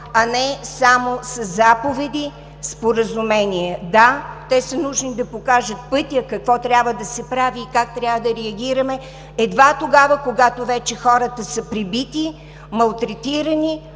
а не само със заповеди, споразумения. Да, те са нужни да покажат пътя какво трябва да се прави и как трябва да реагираме едва тогава, когато вече хората са пребити, малтретирани,